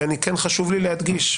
כן חשוב לי להדגיש,